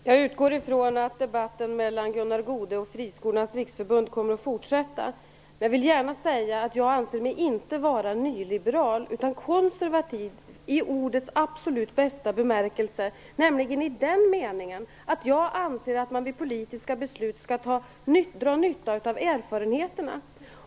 Herr talman! Jag utgår från att debatten mellan Gunnar Goude och Friskolornas riksförbund kommer att fortsätta. Jag vill gärna säga att jag inte anser mig vara nyliberal utan konservativ i ordets absolut bästa bemärkelse, nämligen i den meningen att jag anser att man vid politiska beslut skall dra nytta av erfarenheterna.